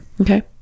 Okay